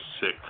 sick